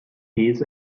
his